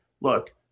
look